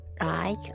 right